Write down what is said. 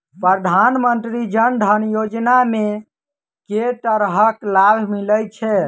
प्रधानमंत्री जनधन योजना मे केँ तरहक लाभ मिलय छै?